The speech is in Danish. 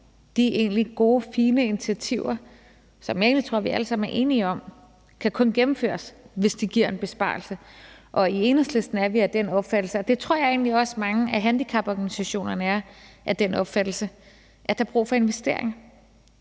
de egentlig gode og fine initiativer, som jeg tror vi alle sammen er enige om, kan kun gennemføres, hvis de giver en besparelse. I Enhedslisten er vi af den opfattelse – og det tror jeg egentlig også at mange handicaporganisationerne er – at der er brug for investeringer.